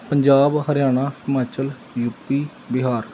Punjab Haryana Himachal U P Bihar